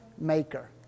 maker